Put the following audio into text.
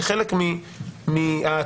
נאמר מראש שתהיינה הצבעות בדיון הזה.